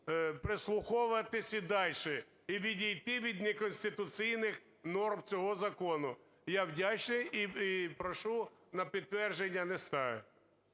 прислуховуватись і дальше і відійти від неконституційних норм цього закону. Я вдячний і прошу на підтвердження не ставити.